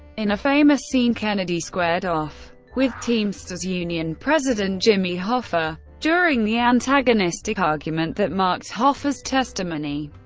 in a famous scene, kennedy squared off with teamsters union president jimmy hoffa during the antagonistic argument that marked hoffa's testimony.